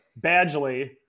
Badgley